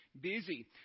busy